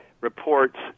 reports